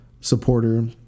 supporter